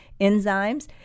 enzymes